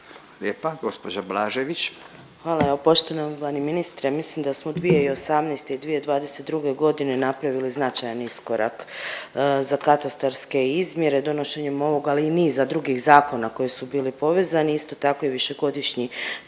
(HDZ)** Hvala. Evo poštovani ministre, mislim da smo 2018. i u 2022.g. napravili značajan iskorak za katastarske izmjere donošenjem ovog ali i niza drugih zakona koji su bili povezani isto tako i višegodišnji